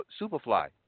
Superfly